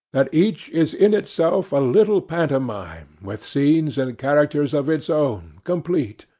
that each is in itself a little pantomime with scenes and characters of its own, complete